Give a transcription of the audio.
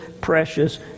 precious